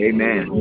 Amen